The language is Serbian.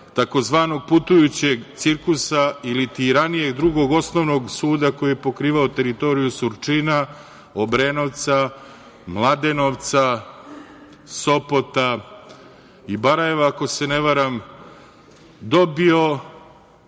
tzv. putujućeg cirkusa iliti ranije, Drugog osnovnog suda, koji je pokrivao teritoriju Surčina, Obrenovca, Mladenovca, Sopota i Barajeva, ako se ne varam, dobio